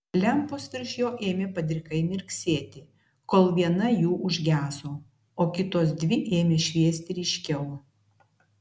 lempos virš jo ėmė padrikai mirksėti kol viena jų užgeso o kitos dvi ėmė šviesti ryškiau